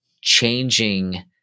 changing